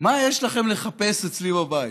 מה יש לכם לחפש אצלי בבית?